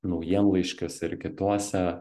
naujienlaiškiuose ir kituose